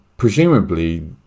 Presumably